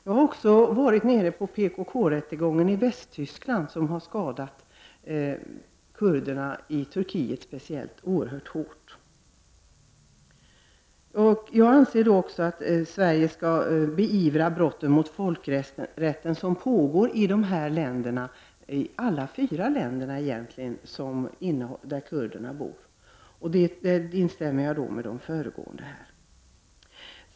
Jag har även varit på PKK-rättegången i Västtyskland, som har skadat kurderna i Turkiet oerhört hårt. Jag anser också att Sverige skall beivra de brott mot folkrätten som begås i alla de fyra länder där kurderna bor. I detta sammanhang instämmer jag med de föregående talarna.